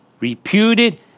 reputed